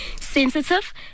sensitive